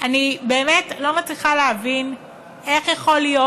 אני באמת לא מצליחה להבין איך יכול להיות